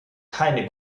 keine